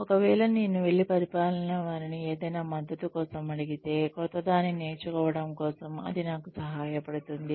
ఒకవేళ నేను వెళ్లి పరిపాలన వారిని ఏదైనా మద్దతు కోసం అడిగితే క్రొత్తదాన్ని నేర్చుకోవడం కోసం అది నాకు సహాయపడుతుంది